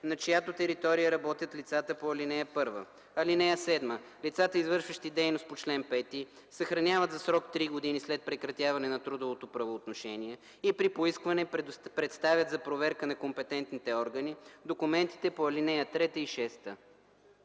на чиято територия работят лицата по ал. 1. (7) Лицата, извършващи дейност по чл. 5, съхраняват за срок 3 години след прекратяване на трудовото правоотношение и при поискване представят за проверка на компетентните органи документите по ал. 3 и 6.”